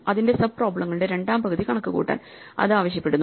അതിന്റെ സബ് പ്രോബ്ലെങ്ങളുടെ രണ്ടാം പകുതി കണക്കുകൂട്ടാൻ അതു ആവശ്യപ്പെടുന്നു